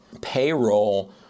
payroll